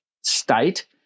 state